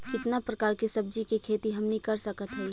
कितना प्रकार के सब्जी के खेती हमनी कर सकत हई?